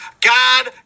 God